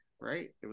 right